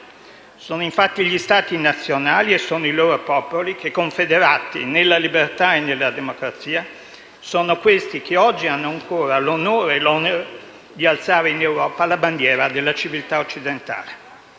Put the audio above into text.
Sono infatti gli Stati nazionali e sono i loro popoli che, confederati nella libertà e nella democrazia, oggi hanno ancora l'onore e l'onere di alzare in Europa la bandiera della civiltà occidentale.